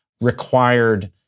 required